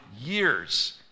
years